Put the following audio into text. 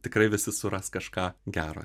tikrai visi suras kažką gero